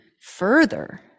further